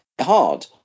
hard